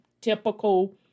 typical